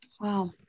Wow